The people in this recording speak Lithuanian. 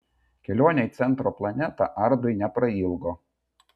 kelionė į centro planetą ardui neprailgo